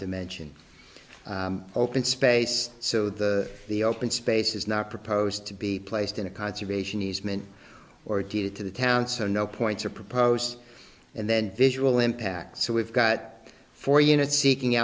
dimension open space so the the open space is not proposed to be placed in a conservation easement or to to the town so no points are proposed and then visual impact so we've got four units seeking